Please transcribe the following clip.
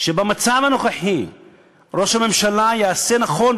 שבמצב הנוכחי ראש הממשלה יעשה נכון,